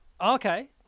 Okay